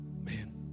man